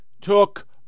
took